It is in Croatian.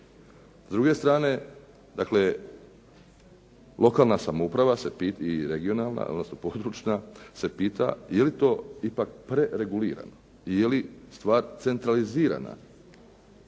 S druge strane dakle lokalna samouprava se, i regionalna odnosno područna se pita je li to ipak preregulirano? Je li stvar centralizirana?